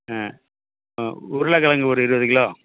ஆ ஆ உருளைக்கிழங்கு ஒரு இருபது கிலோ